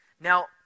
Now